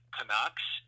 Canucks